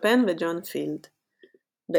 שופן וג'ון פילד ב-1810,